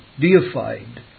deified